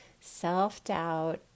Self-doubt